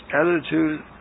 attitude